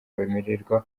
bemererwa